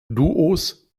duos